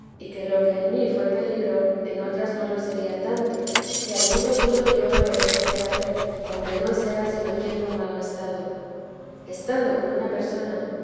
y que lo que en mí fué peligro en otras no lo sería tanto que alguno dudo yo lo deje de haber aunque no sea sino tiempo mal gastado estando con una persona